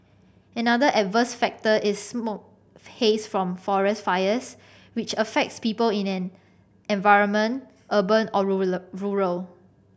another adverse factor is smoke haze from forest fires which affects people in an environment urban or rural